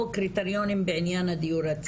או קריטריונים בעניין הדיור הציבורי?